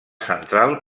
central